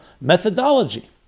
methodology